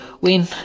win